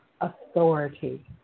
authority